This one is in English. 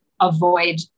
avoid